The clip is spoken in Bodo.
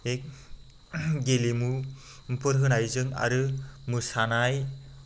गेलेमुफोर होनायजों आरो मोसानाय